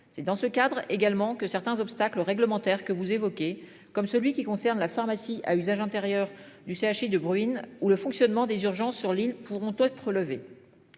C'est dans ce cadre également que certains obstacles réglementaires que vous évoquez, comme celui qui concerne la pharmacie à usage intérieur du CHU de Bruyne ou le fonctionnement des urgences. Sur l'île pourront être levées.